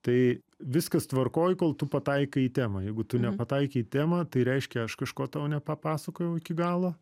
tai viskas tvarkoj kol tu pataikai į temą jeigu tu nepataikei į temą tai reiškia aš kažko tau nepapasakojau iki galo